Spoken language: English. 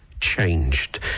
changed